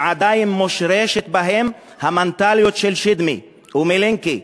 שעדיין מושרשת בהם המנטליות של שדמי ומלינקי,